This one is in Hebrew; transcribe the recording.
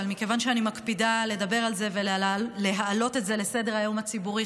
אבל מכיוון שאני מקפידה לדבר על זה ולהעלות את זה על סדר-היום הציבורי,